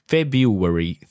February